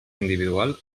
individual